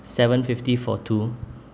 seven fifty for two